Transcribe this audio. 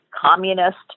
communist